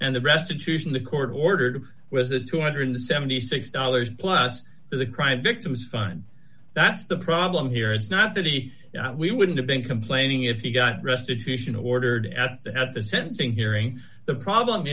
and the restitution the court ordered was a two hundred and seventy six dollars plus for the crime victims fine that's the problem here it's not that he wouldn't have been complaining if he got restitution ordered at had the sentencing hearing the problem